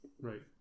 Right